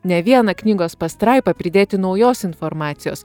ne vieną knygos pastraipą pridėti naujos informacijos